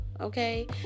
Okay